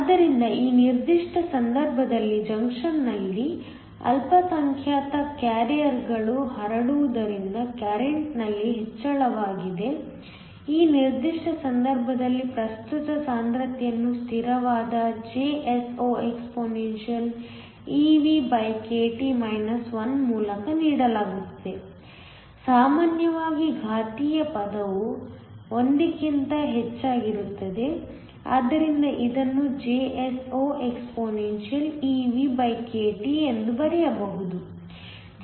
ಆದ್ದರಿಂದ ಈ ನಿರ್ದಿಷ್ಟ ಸಂದರ್ಭದಲ್ಲಿ ಜಂಕ್ಷನ್ನಲ್ಲಿ ಅಲ್ಪಸಂಖ್ಯಾತ ಕ್ಯಾರಿಯರ್ಗಳು ಹರಡುವುದರಿಂದ ಕರೆಂಟ್ನಲ್ಲಿ ಹೆಚ್ಚಳವಾಗಿದೆ ಈ ನಿರ್ದಿಷ್ಟ ಸಂದರ್ಭದಲ್ಲಿ ಪ್ರಸ್ತುತ ಸಾಂದ್ರತೆಯನ್ನು ಸ್ಥಿರವಾದ JsoexpeVkT 1 ಮೂಲಕ ನೀಡಲಾಗುತ್ತದೆ ಸಾಮಾನ್ಯವಾಗಿ ಘಾತೀಯ ಪದವು 1 ಕ್ಕಿಂತ ಹೆಚ್ಚಾಗಿರುತ್ತದೆ ಆದ್ದರಿಂದ ಇದನ್ನು JsoexpeVkT ಎಂದು ಬರೆಯಬಹುದು